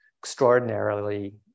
extraordinarily